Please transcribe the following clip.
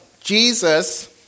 Jesus